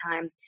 time